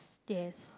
yes